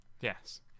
Yes